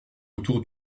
autour